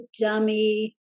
dummy